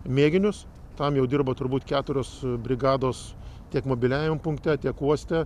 mėginius tam jau dirba turbūt keturios brigados tiek mobiliajame punkte tiek uoste